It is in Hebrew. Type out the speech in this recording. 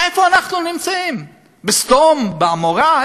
איפה אנחנו נמצאים, בסדום, בעמורה?